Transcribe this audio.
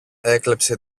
έκλεψε